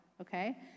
okay